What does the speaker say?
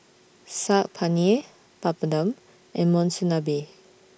Saag Paneer Papadum and Monsunabe